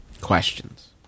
Questions